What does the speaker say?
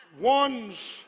One's